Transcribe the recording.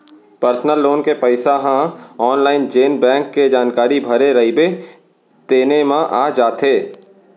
personal loan के पइसा ह आनलाइन जेन बेंक के जानकारी भरे रइबे तेने म आ जाथे